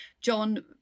john